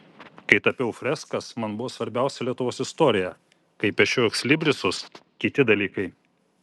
kai tapiau freskas man buvo svarbiausia lietuvos istorija kai piešiau ekslibrisus kiti dalykai